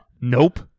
Nope